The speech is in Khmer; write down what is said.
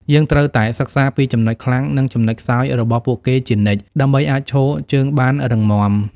យើងត្រូវតែសិក្សាពីចំណុចខ្លាំង និងចំណុចខ្សោយរបស់ពួកគេជានិច្ច ដើម្បីអាចឈរជើងបានរឹងមាំ។